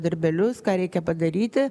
darbelius ką reikia padaryti